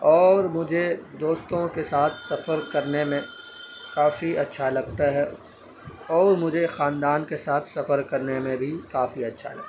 اور مجھے دوستوں کے ساتھ سفر کرنے میں کافی اچھا لگتا ہے اور مجھے خاندان کے ساتھ سفر کرنے میں بھی کافی اچھا لگا